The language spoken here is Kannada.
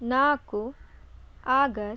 ನಾಲ್ಕು ಆಗಸ್ಟ್